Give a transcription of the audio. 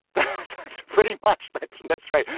that's pretty much that's. that's right.